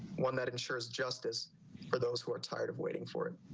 one that ensures justice for those who are tired of waiting for it.